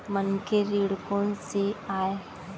मनखे ऋण कोन स आय?